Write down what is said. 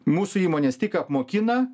mūsų įmonės tik apmokina